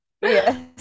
yes